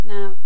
Now